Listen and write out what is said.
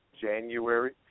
January